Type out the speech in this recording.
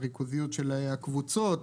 הריכוזיות של הקבוצות,